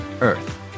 earth